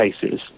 cases